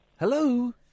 Hello